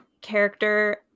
character